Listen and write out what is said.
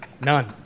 None